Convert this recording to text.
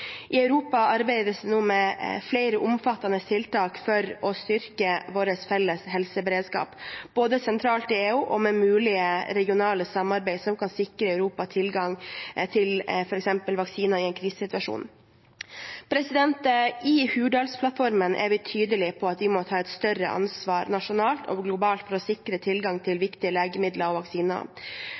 I Europa arbeides det nå med flere omfattende tiltak for å styrke vår felles helseberedskap, både sentralt i EU og med mulige regionale samarbeid som kan sikre Europa tilgang til f.eks. vaksiner i en krisesituasjon. I Hurdalsplattformen er vi tydelige på at vi må ta et større ansvar nasjonalt og globalt for å sikre tilgang til viktige legemidler og vaksiner.